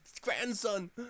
grandson